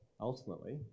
ultimately